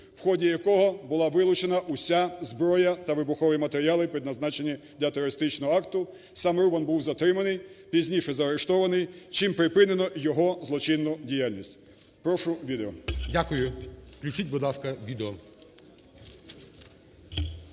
в ході якого була вилучена вся зброя та вибухові матеріали, предназначені для терористичного акту. Сам Рубан був затриманий, пізніше заарештований, чим припинено його злочинну діяльність. Прошу відео. ГОЛОВУЮЧИЙ. Дякую. Включіть, будь ласка, відео.